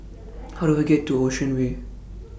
How Do I get to Ocean Way